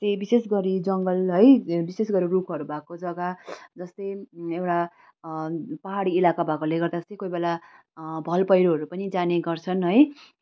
चाहिँ विशेष गरी जङ्गल है विशेष गरी रुखहरू भएको जग्गा जस्तै एउटा पहाडी इलाका भएकोले गर्दा कोही बेला भल पहिरोहरू पनि जाने गर्छन् है